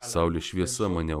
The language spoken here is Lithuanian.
saulės šviesa mane